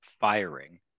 firing